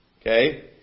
Okay